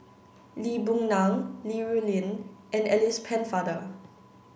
Lee Boon Ngan Li Rulin and Alice Pennefather